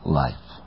life